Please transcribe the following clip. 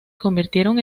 convirtieron